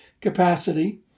capacity